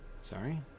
sorry